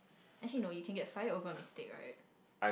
actually no you can fire over mistake right